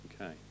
Okay